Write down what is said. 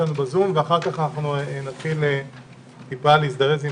כל נושא ההנצחה,